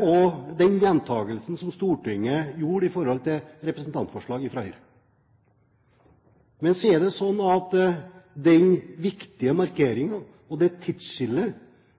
og den gjentakelsen som Stortinget gjorde i forbindelse med representantforslaget fra Høyre. Men så er det sånn at når det gjelder den viktige markeringen og det tidsskillet